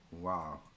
Wow